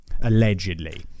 Allegedly